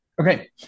Okay